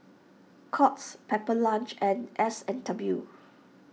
Courts Pepper Lunch and S and W